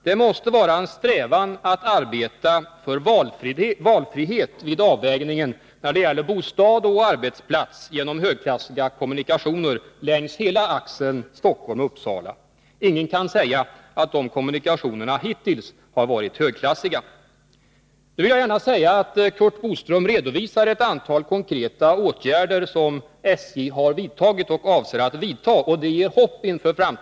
Det måste vara en strävan att arbeta för valfrihet vid avvägningen när det gäller bostad och arbetsplats genom högklassiga kommunikationer längs hela axeln Stockholm-Uppsala. Ingen kan säga att de kommunikationerna hittills har varit högklassiga. Jag vill gärna säga att det inger hopp inför framtiden när Curt Boström redovisar ett antal konkreta åtgärder som SJ har vidtagit och avser att vidta.